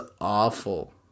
awful